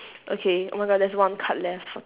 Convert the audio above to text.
okay oh my god there's one card left